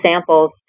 samples